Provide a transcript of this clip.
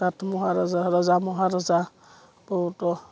তাত মহাৰজা ৰজা মহাৰজা বহুতো